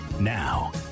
Now